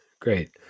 great